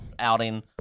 outing